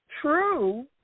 True